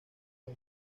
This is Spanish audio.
los